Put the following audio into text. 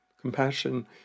Compassion